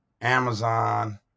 Amazon